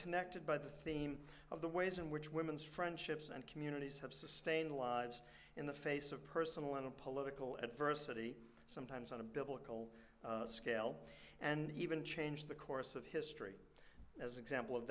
connected by the theme of the ways in which women's friendships and communities have sustained lives in the face of personal and political adversity sometimes on a biblical scale and even change the course of history as an example of